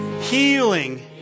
healing